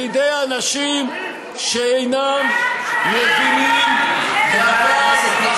בידי אנשים שאינם מבינים דבר וחצי דבר,